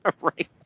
Right